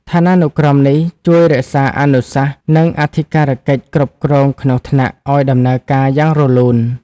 ឋានានុក្រមនេះជួយរក្សាអនុសាសន៍ និងអធិការកិច្ចគ្រប់គ្រងក្នុងថ្នាក់ឱ្យដំណើរការយ៉ាងរលូន។